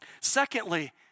Secondly